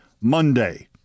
Monday